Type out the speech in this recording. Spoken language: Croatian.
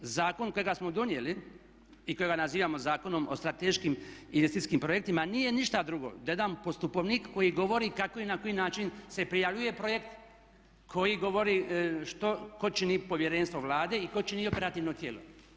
Zakon kojega smo donijeli i kojega nazivamo Zakonom o strateškim investicijskim projektima nije ništa drugo, gledam postupovnik koji govori kako i na koji način se prijavljuje projekt, koji govori tko čini povjerenstvo Vlade i tko čini operativno tijelo.